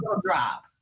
drop